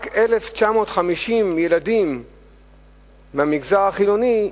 רק 1,950 ילדים מהמגזר החילוני,